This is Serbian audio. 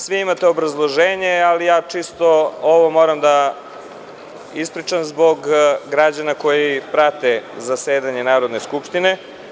Svi imate obrazloženje, ali moram ovo da ispričam zbog građana koji prate zasedanje Narodne skupštine.